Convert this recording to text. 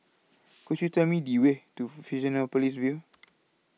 Could YOU Tell Me The Way to Fusionopolis View